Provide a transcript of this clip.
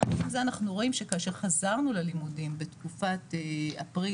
יחד עם זה אנחנו רואים שכאשר חזרנו ללימודים בתקופת אפריל,